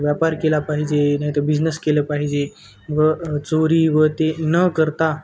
व्यापार केला पाहिजे नाही तर बिझनेस केलं पाहिजे व चोरी व ते न करता